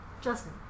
Justin